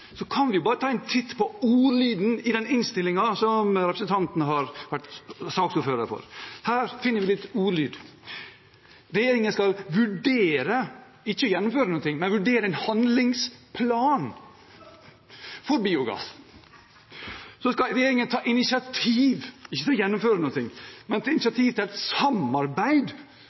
så kan vi bare ta en titt på ordlyden i den innstillingen som representanten har vært saksordfører for. Her finner vi: Regjeringen skal «vurdere» – ikke gjennomføre noen ting, men «vurdere en handlingsplan for biogass». Så skal regjeringen «ta initiativ til» – ikke gjennomføre noen ting, men «ta initiativ til et samarbeid»,